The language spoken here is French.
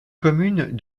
commune